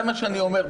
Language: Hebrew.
זה מה שאני אומר.